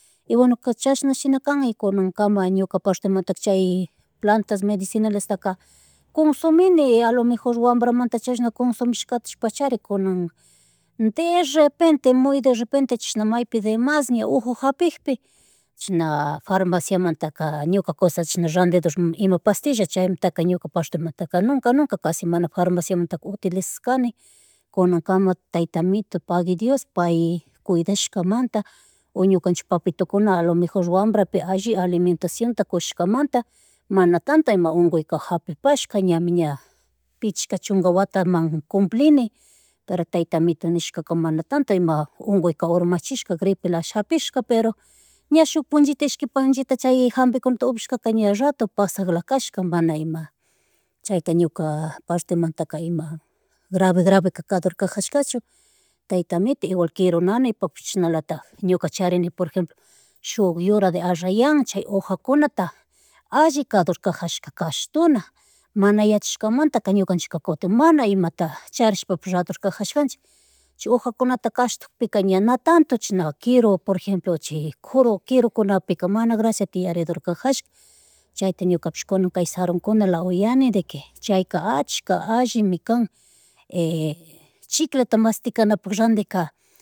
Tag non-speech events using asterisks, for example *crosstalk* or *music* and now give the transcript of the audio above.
Y bueno chashna shinakan y kunakama ñuka partemantaka chay plantas medicinales taka kunsumini a lo mejor wambramanta chashna kusumishkatishpachari kunan *noise* kunan *noise* derepente, muy derepente chishna maypi demas ña uju japikpi *noise* chashna *hesitation* farmacia mantaka ñuka kusha chishna randidur ima pastillas chaymantaka ñuka partimanteka nunca, nunca, casi mana farmanciamantaka utilizas kani *noise* kunankama tayta amito pagui Dios pay, kudayshkamanta, o ñukanchik papitukuna alomajeo wambrapi alli alimentación kushkamanta *noise* mana tanto ukuyka japipashka ñami, ña *noise* pishka chunka wataman cumpline *noise* *unintelligible* tayta amito nishka mana atanto ima unkuyka urmachishka, gripila hapishka peor ña shuk punllita, ishki punllita chay hambikunata upiashkaka ña rato pasaklakashka mana ima *noise* chayta ñuka *hesitation* partemantaka ima grave, grave kador kajakachu *noise* tayta amito igual quero nanaypofpish chashnalatak ñuka charini, por ejemplo suk yura de arrayan chay hoja kunata alli kadur kajashka kashtuna mana yachashkamanta ñukanchika kuntin mana imata chayrishpapish rador kajashkanchik *noise* chay hojakunata kashtukpika ña na tanto chishna, quiru por ejemplo chay kuru, quirukunapika mana gracia tiaridur kajashka. *noise* Chayta ñukapish kunan sarunkunala uyani de que chay allka allimi kan *hesitation* chicleta masticanapak randika